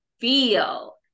feel